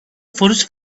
forest